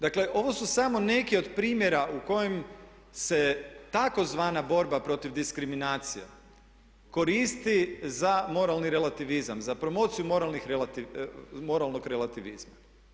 Dakle, ovo su samo neki primjera u kojim se takozvana borba protiv diskriminacija koristi za moralni relativizam, za promociju moralnog relativizma.